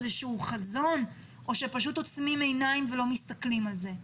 איזשהו חזון או שפשוט עוצמים עיניים ולא מסתכלים על זה?